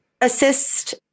assist